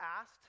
asked